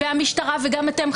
והמשטרה וגם אתם,